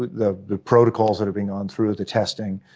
the the protocols that have been gone through the testing.